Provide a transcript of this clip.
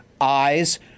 eyes